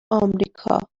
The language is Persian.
آمریکا